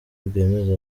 bwemeza